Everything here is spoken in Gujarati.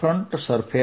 A